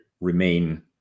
remain